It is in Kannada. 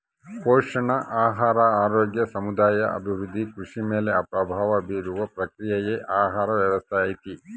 ಪೋಷಣೆ ಆಹಾರ ಆರೋಗ್ಯ ಸಮುದಾಯ ಅಭಿವೃದ್ಧಿ ಕೃಷಿ ಮೇಲೆ ಪ್ರಭಾವ ಬೀರುವ ಪ್ರಕ್ರಿಯೆಯೇ ಆಹಾರ ವ್ಯವಸ್ಥೆ ಐತಿ